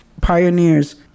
pioneers